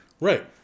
Right